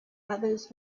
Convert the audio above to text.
others